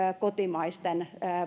kotimaisten